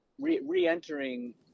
re-entering